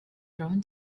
thrown